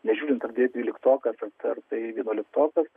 nežiūrint ar tai dvyliktokas ar tai vienuoliktokas